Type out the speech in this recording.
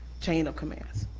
chain of commands?